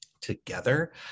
together